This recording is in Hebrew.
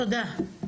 תודה.